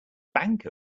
bank